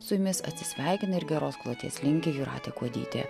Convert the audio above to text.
su jumis atsisveikina ir geros kloties linki jūratė kuodytė